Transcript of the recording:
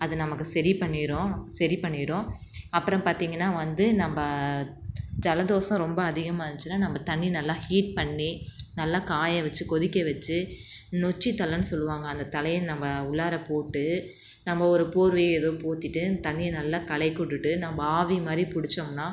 அது நமக்கு சரி பண்ணிடும் சரி பண்ணிடும் அப்புறம் பார்த்திங்கன்னா வந்து நம்ம ஜலதோஷம் ரொம்ப அதிகமாக இருந்துச்சுனால் நம்ம தண்ணி நல்லா ஹீட் பண்ணி நல்லா காய வச்சு கொதிக்க வச்சு நொச்சி தழைன்னு சொல்லுவாங்க அந்தத் தழைய நம்ம உள்ளார போட்டு நம்ம ஒரு போர்வையோ ஏதோ போத்திட்டு அந்த தண்ணியை நல்லா கலக்கி விட்டுட்டு நம்ம ஆவி மாதிரி பிடிச்சோம்னா